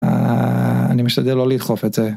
אני משתדל לא לדחוף את זה.